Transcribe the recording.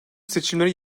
seçimleri